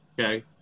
Okay